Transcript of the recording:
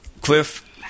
Cliff